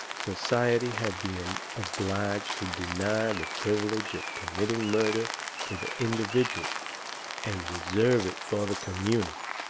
society had been obliged to deny the privilege of committing murder to the individual and reserve it for the community.